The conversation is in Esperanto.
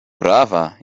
prava